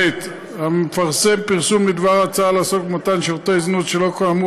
(ב) המפרסם פרסום בדבר הצעה לעסוק במתן שירותי זנות שלא כאמור